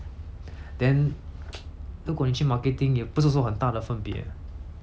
then 如果你去 marketing 也不是说很大的分别